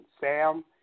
Sam